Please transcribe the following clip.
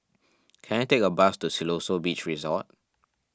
can I take a bus to Siloso Beach Resort